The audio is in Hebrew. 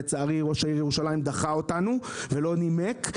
לצערי ראש עירית ירושלים דחה אותנו ולא נימק,